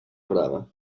brava